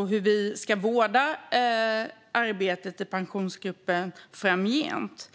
och hur vi ska vårda arbetet i Pensionsgruppen framgent.